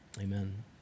Amen